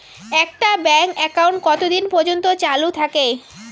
একটা bank account কতদিন পর্যন্ত চালু থাকে?